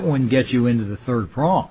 one gets you into the third pro